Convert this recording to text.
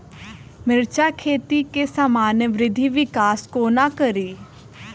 मिर्चा खेती केँ सामान्य वृद्धि विकास कोना करि?